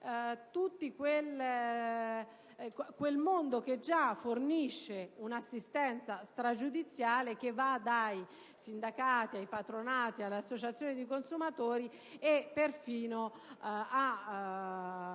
tutto quel mondo che già fornisce un'assistenza stragiudiziale; mi riferisco ai sindacati, ai patronati, alle associazioni di consumatori e perfino ad